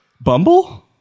Bumble